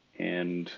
and